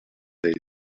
they